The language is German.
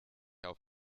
auf